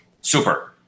Super